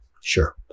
Sure